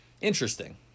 interesting